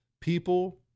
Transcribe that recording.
People